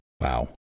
Wow